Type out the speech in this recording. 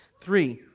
Three